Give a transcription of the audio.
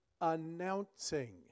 announcing